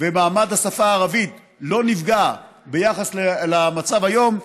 ומעמד השפה הערבית לא נפגע ביחס למצב היום,